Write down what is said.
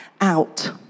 out